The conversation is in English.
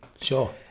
Sure